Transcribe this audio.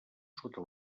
sota